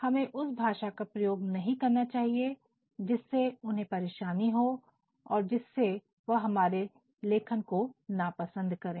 हमें उस भाषा का प्रयोग नहीं करना चाहिए जिससे उन्हें परेशानी हो और जिससे वह हमारे लेखन को नापसंद करें